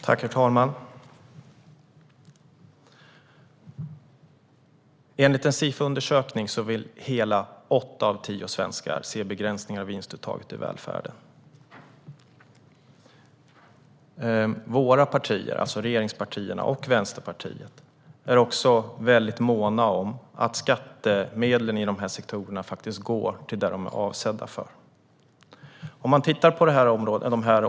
Herr talman! Enligt en Sifo-undersökning vill hela åtta av tio svenskar se begränsningar av vinstuttaget i välfärden. Regeringspartierna och Vänsterpartiet är också väldigt måna om att skattemedlen i de här sektorerna faktiskt går till det som de är avsedda för.